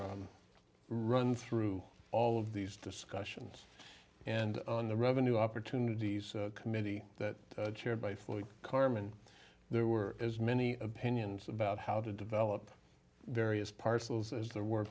run run through all of these discussions and on the revenue opportunities committee that chaired by floyd carmen there were as many opinions about how to develop various parcels as there were